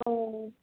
ए